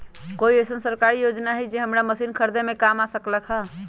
कोइ अईसन सरकारी योजना हई जे हमरा मशीन खरीदे में काम आ सकलक ह?